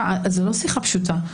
זאת לא שיחה פשוטה.